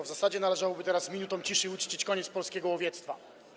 W zasadzie należałoby teraz minutą ciszy uczcić koniec polskiego łowiectwa.